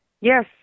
Yes